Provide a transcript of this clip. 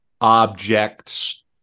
objects